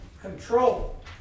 control